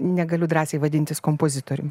negaliu drąsiai vadintis kompozitorium